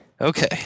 Okay